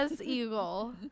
Eagle